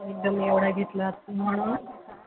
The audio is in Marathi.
एकदम एवढा घेतलं असत म्हणून